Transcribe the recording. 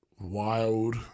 wild